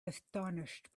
astonished